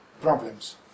problems